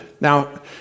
Now